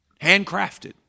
Handcrafted